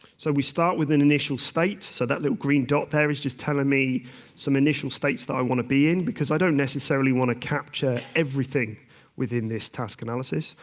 so we start with an initial state, so that little green dot there is just telling me some initial states that i want to be in, because i don't necessarily want to capture everything within this task analysis,